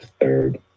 third